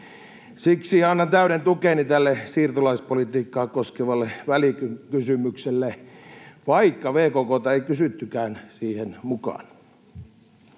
Siksi annan täyden tukeni tälle siirtolaispolitiikkaa koskevalle välikysymykselle, vaikka VKK:ta ei kysyttykään siihen mukaan.